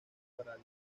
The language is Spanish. para